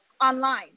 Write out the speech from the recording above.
online